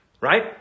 right